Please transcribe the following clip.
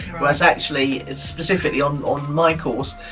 whereas actually, specifically on on my course,